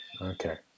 Okay